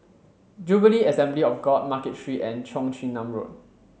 Jubilee Assembly of God Market Street and Cheong Chin Nam Road